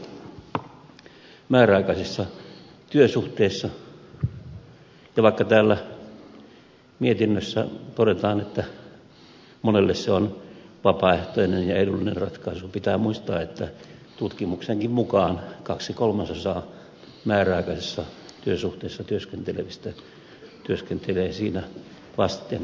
vaikka mietinnössä todetaan että monelle se on vapaaehtoinen ja edullinen ratkaisu pitää muistaa että tutkimuksenkin mukaan kaksi kolmasosaa määräaikaisissa työsuhteissa työskentelevistä työskentelee sellaisessa vasten tahtoaan